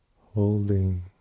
holding